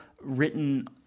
written